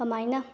ꯀꯃꯥꯏꯅ